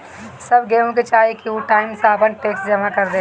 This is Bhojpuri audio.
सब केहू के चाही की उ टाइम से आपन टेक्स जमा कर देवे